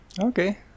Okay